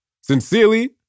Sincerely